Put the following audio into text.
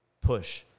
push